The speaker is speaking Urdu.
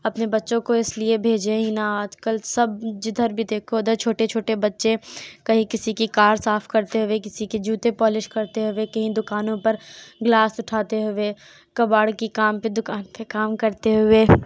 اپنے بچوں کو اس لیے بھیجیں ہی نہ آج کل سب جدھر بھی دیکھو ادھر چھوٹے چھوٹے بچے کہیں کسی کی کار صاف کرتے ہوئے کسی کے جوتے پالش کرتے ہوئے کہیں دکانوں پر گلاس اٹھاتے ہوئے کباڑ کی کام پہ دکان پہ کام کرتے ہوئے